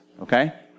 Okay